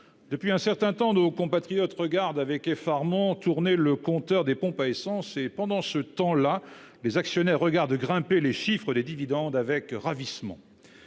depuis un certain temps, nos compatriotes regardent avec effarement tourner le compteur des pompes à essence. Et dans le même temps, les actionnaires regardent grimper les chiffres des dividendes avec ravissement.